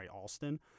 Alston